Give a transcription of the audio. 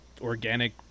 organic